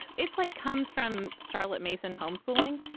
it's like comes from charlotte mason home-schooling.